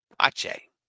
Pache